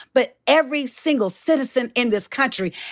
but every single citizen in this country.